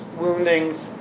woundings